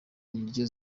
niryo